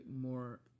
more